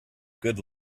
good